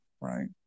right